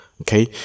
okay